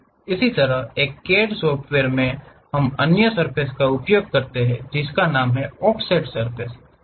इसी तरह एक सीएडी सॉफ्टवेयर में हम अन्य सर्फ़ेस का उपयोग करते हैं जिसका नाम ऑफसेट सर्फ़ेस है